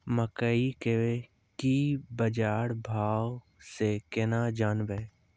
मकई के की बाजार भाव से केना जानवे?